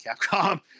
capcom